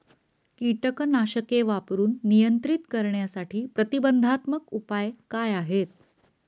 कीटकनाशके वापरून नियंत्रित करण्यासाठी प्रतिबंधात्मक उपाय काय आहेत?